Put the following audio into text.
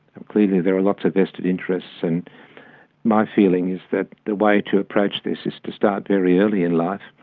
clearly there are lots of vested interests, and my feeling is that the way to approach this is to start very early in life